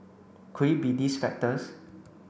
could it be these factors